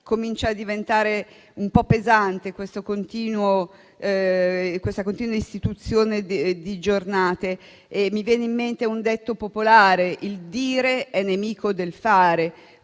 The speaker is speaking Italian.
comincia a diventare un po' pesante la continua istituzione di giornate nazionali. Mi viene in mente un detto popolare: il dire è nemico del fare.